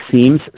seems